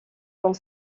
dont